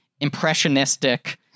impressionistic